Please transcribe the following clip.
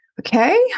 okay